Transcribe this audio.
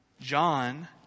John